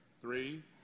Three